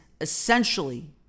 essentially